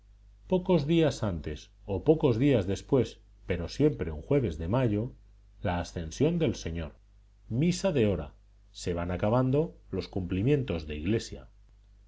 pocos días antes o pocos días después pero siempre un jueves de mayo la ascensión del señor misa de hora se van acabando los cumplimientos de iglesia